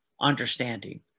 understanding